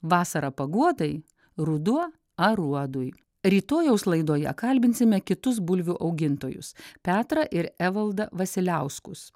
vasarą paguodai ruduo aruodui rytojaus laidoje kalbinsime kitus bulvių augintojus petrą ir evaldą vasiliauskus